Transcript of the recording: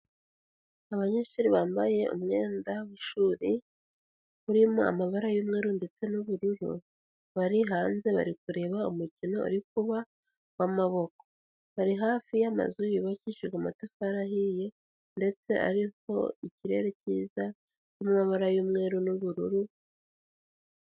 Abanyeshuri bambaye umwenda w'ishuri urimo amabara y'umweru ndetse n'ubururu, bari hanze bari kureba umukino uri kuba w'amaboko, bari hafi y'amazu yubakishijwe amatafari ahiye, ndetse ariko ikirere kiza kirimo amabara y'umweru n'ubururu.